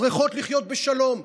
צריכות לחיות בשלום.